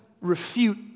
refute